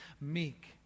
meek